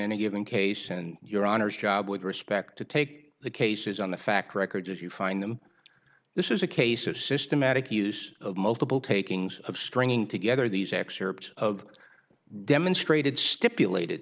any given case and your honour's job with respect to take the cases on the fact records if you find them this is a case of systematic use of multiple takings of stringing together these excerpts of demonstrated stipulated